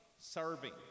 serving